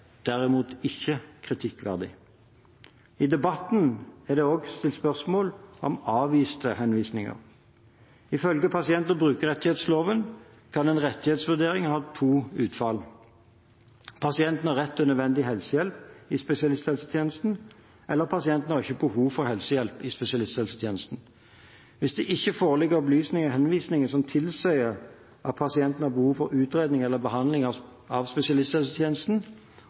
derimot ikke kritikkverdig. I debatten er det også stilt spørsmål om avviste henvisninger. Ifølge pasient- og brukerrettighetsloven kan en rettighetsvurdering ha to utfall. Pasienten har rett til nødvendig helsehjelp i spesialisthelsetjenesten, eller pasienten har ikke behov for helsehjelp i spesialisthelsetjenesten. Hvis det ikke foreligger opplysninger i henvisningen som tilsier at pasienten har behov for utredning eller behandling av spesialisthelsetjenesten,